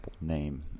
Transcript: name